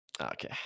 Okay